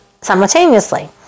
simultaneously